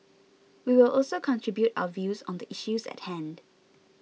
we will also contribute our views on the issues at hand